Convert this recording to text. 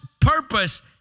purpose